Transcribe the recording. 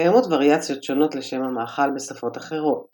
קיימות ואריאציות שונות לשם המאכל בשפות אחרות